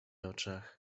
oczach